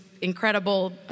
incredible